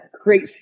create